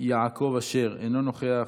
יעקב אשר, אינו נוכח.